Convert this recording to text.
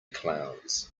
clowns